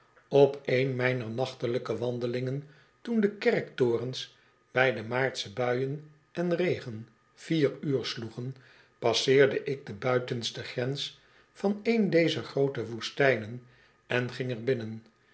op een mijner nachtelijke wandelingen toen de kerktorens bij de maartsche buien en regen vier uur sloegen passeerde ik de buitenste grens van een dezer groote woestijnen en ging er binnen